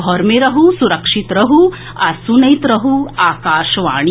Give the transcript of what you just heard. घर मे रहू सुरक्षित रहू आ सुनैत रहू आकाशवाणी